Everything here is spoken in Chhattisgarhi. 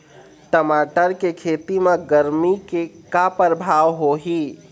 टमाटर के खेती म गरमी के का परभाव होही?